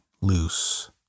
loose